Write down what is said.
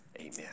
Amen